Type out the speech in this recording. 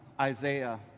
Isaiah